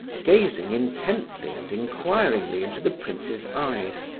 gazing intently and inquiringly into the prince's eyes.